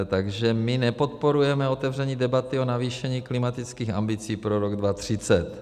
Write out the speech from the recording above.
Takže my nepodporujeme otevření debaty o navýšení klimatických ambicí pro rok 2030.